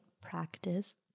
practice